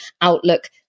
outlook